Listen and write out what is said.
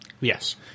Yes